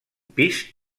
pis